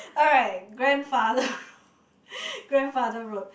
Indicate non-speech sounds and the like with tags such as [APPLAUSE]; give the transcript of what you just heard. alright grandfather [LAUGHS] grandfather road